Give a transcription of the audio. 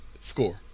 Score